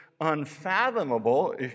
unfathomable